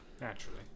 naturally